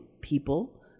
people